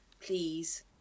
please